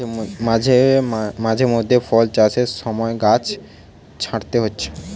মাঝে মধ্যে ফল চাষের সময় গাছ ছাঁটতে হচ্ছে